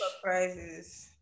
Surprises